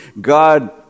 God